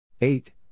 Eight